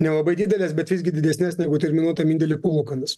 nelabai dideles bet visgi didesnės negu terminuotam indėly palūkanas